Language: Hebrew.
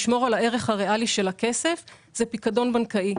לשמור על הערך הריאלי של הכסף הוא פיקדון בנקאי.